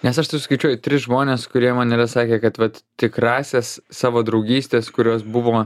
nes aš tai suskaičiuoju tris žmones kurie mane sakė kad tikrąsias savo draugystes kurios buvo